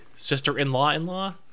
Sister-in-law-in-law